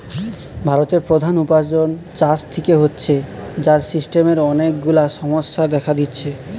ভারতের প্রধান উপার্জন চাষ থিকে হচ্ছে, যার সিস্টেমের অনেক গুলা সমস্যা দেখা দিচ্ছে